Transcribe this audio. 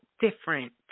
different